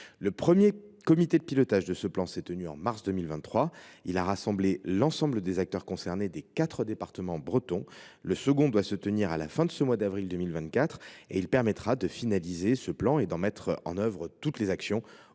Le premier comité de pilotage de ce plan s’est tenu en mars 2023 ; il a rassemblé l’ensemble des acteurs concernés des quatre départements bretons. Le second doit se tenir à la fin de ce mois d’avril 2024 ; il permettra de finaliser ce plan et d’en mettre en œuvre toutes les actions, au